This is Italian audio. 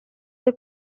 dai